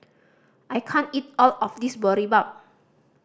I can't eat all of this Boribap